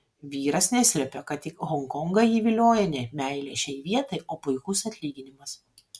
vyras neslepia kad į honkongą jį vilioja ne meilė šiai vietai o puikus atlyginimas